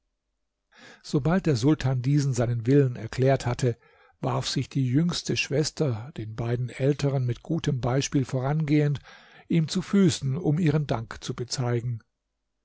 sobald der sultan diesen seinen willen erklärt hatte warf sich die jüngste schwester den beiden älteren mit gutem beispiel vorangehend ihm zu füßen um ihren dank zu bezeigen